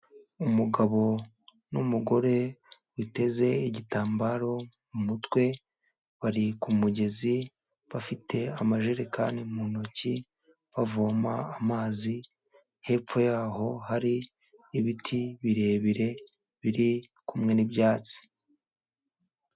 Umugabo n'umugore witeze igitambaro mu mutwe, bari ku mugezi bafite amajerekani mu ntoki bavoma amazi, hepfo yaho hari ibiti birebire biri kumwe n'ibyatsi.